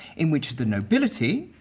in which the nobility.